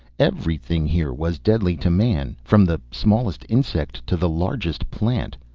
everything here was deadly to man from the smallest insect to the largest plant.